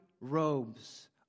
robes